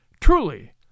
Truly